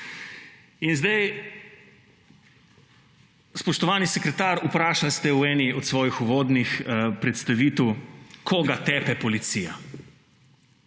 In zdaj, spoštovani sekretar, vprašali ste v eni od svojih uvodnih predstavitev, koga tepe policija,